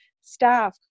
staff